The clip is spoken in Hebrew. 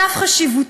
על אף חשיבותו,